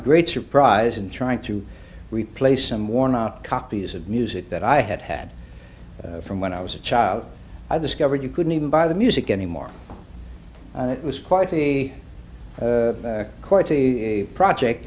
great surprise in trying to replace him worn out copies of music that i had had from when i was a child i discovered you couldn't even buy the music anymore and it was quite a quite a project